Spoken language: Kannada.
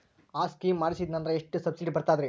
ಆ ಸ್ಕೀಮ ಮಾಡ್ಸೀದ್ನಂದರ ಎಷ್ಟ ಸಬ್ಸಿಡಿ ಬರ್ತಾದ್ರೀ?